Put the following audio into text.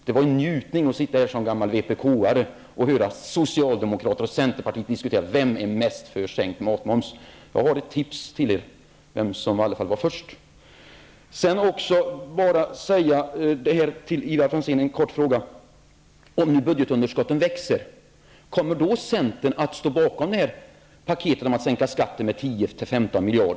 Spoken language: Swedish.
Det var en njutning att sitta här som gammal vpk-are och höra socialdemokraterna och centern diskutera vem som är mest för sänkt matmoms. Jag har ett tips till er om vem som var först. Jag vill ställa en kort fråga till Ivar Franzén. Om budgetunderskottet växer, kommer centern då att stå bakom det ekonomiska paket som innebär att skatterna skall sänkas med 10--15 miljarder?